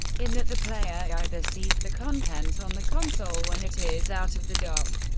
in that the player either sees the content on the console when it is out of the dock,